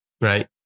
Right